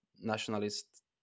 nationalist